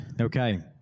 Okay